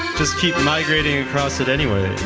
just keep migrating across it anyway,